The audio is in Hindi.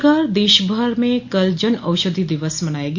सरकार देशभर में कल जनऔषधि दिवस मनायेगी